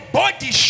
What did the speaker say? body